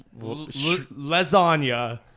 Lasagna